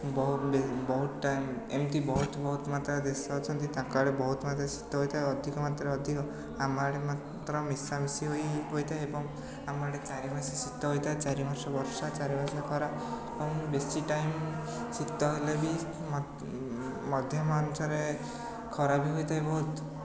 ବହୁ ବି ବହୁତ ଟାଇମ୍ ଏମିତି ବହୁତ ବହୁତ ମାତ୍ରା ଦେଶ ଅଛନ୍ତି ତାଙ୍କ ଆଡ଼େ ବହୁତ ମାତ୍ରାରେ ଶୀତ ହୋଇଥାଏ ଅଧିକ ମାତ୍ରାରେ ଅଧିକ ଆମ ଆଡ଼େ ମାତ୍ର ମିଶାମିଶି ହୋଇ ହୋଇଥାଏ ଏବଂ ଆମ ଆଡ଼େ ଚାରି ମାସ ଶୀତ ହୋଇଥାଏ ଚାରି ମାସ ବର୍ଷା ଚାରି ମାସ ଖରା ଆଉ ମୁଁ ବେଶୀ ଟାଇମ୍ ଶୀତ ହେଲେ ବି ମଧ୍ୟମ ଅନୁସାରେ ଖରା ବି ହୋଇଥାଏ ବହୁତ